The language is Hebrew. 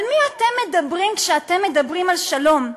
על מי אתם מדברים כשאתם מדברים על שלום?